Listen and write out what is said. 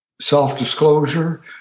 self-disclosure